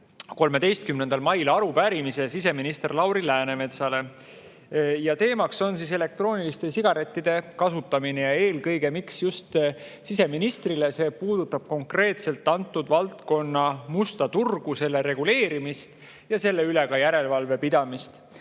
13. mail arupärimise siseminister Lauri Läänemetsale ja teema on elektrooniliste sigarettide kasutamine. Miks just siseministrile? Sest see puudutab konkreetselt antud valdkonna musta turgu, selle reguleerimist ja selle üle ka järelevalve pidamist. Nimelt,